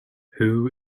who